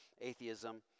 atheism